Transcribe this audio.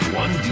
one